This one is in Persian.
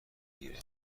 گیره